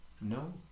no